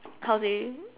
how to say